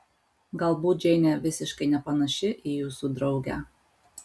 galbūt džeinė visiškai nepanaši į jūsų draugę